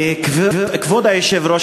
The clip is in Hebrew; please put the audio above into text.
אדוני היושב-ראש,